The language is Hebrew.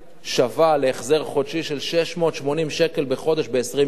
שווה להחזר חודשי של 680 שקל בחודש ב-20 שנה,